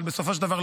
אבל בסופו של דבר,